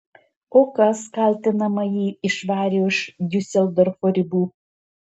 o kas kaltinamąjį išvarė už diuseldorfo ribų